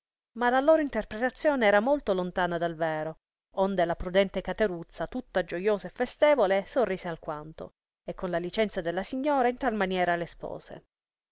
ma la loro interpretazione era molto lontana dal vero onde la prudente cateruzza tutta gioiosa e festevole sorrise alquanto e con licenza della signora in tal maniera l